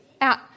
out